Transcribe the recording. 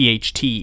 THT